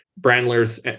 Brandler's